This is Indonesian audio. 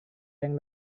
yang